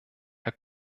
herr